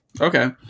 Okay